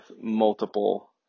multiple